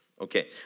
Okay